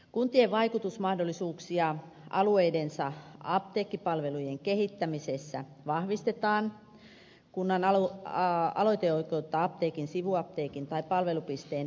kuntien vaikutusmahdollisuuksia alueidensa apteekkipalvelujen kehittämisessä vahvistetaan kunnan aloiteoikeutta apteekin sivuapteekin tai palvelupisteen perustamiseksi tuetaan